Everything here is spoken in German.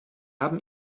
haben